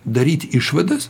daryti išvadas